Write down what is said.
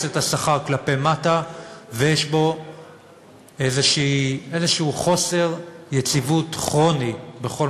את השכר כלפי מטה ויש בו איזה חוסר יציבות כרוני בכל